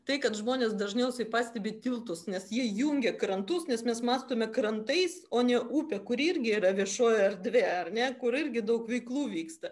tai kad žmonės dažniausiai pastebi tiltus nes jie jungia krantus nes mes mąstome krantais o ne upe kuri irgi yra viešoje erdvėje ar ne kur irgi daug veiklų vyksta